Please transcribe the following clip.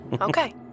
Okay